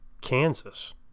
Kansas